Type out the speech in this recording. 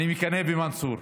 אני מקנא במנסור.